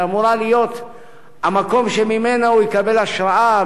שאמורה להיות המקום שממנו הוא יקבל השראה,